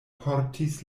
portis